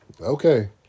Okay